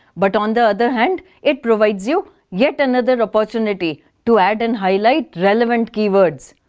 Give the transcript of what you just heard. but on the other hand, it provides you yet another opportunity to add and highlight relevant keywords.